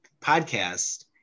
podcast